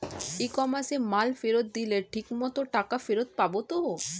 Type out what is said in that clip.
ই কমার্সে মাল ফেরত দিলে ঠিক মতো টাকা ফেরত পাব তো?